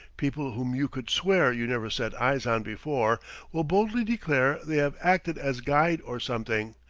people whom you could swear you never set eyes on before will boldly declare they have acted as guide or something,